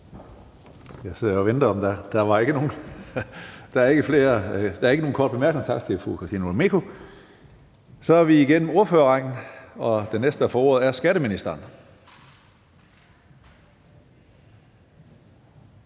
(Karsten Hønge): Der er ikke nogen korte bemærkninger. Tak til fru Christina Olumeko. Så er vi igennem ordførerrækken, og den næste, der får ordet, er skatteministeren.